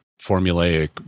formulaic